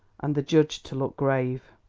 and the judge to look grave.